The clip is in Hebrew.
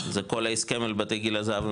זה כל ההסכם על בתי גיל הזהב,